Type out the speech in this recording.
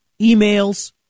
emails